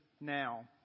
now